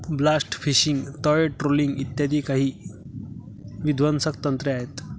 blast fishing, तळ trawling इ काही विध्वंसक तंत्रे आहेत